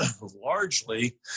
largely